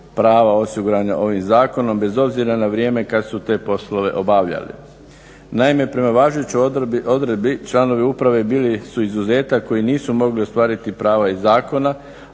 prava osigurana ovim zakonom bez obzira na vrijeme kad su te poslove obavljali. Naime, prema važećoj odredbi članovi uprave bili su izuzetak koji nisu mogli ostvariti prava iz zakona